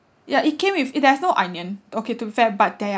ya it came with there's no onion okay to be fair but there are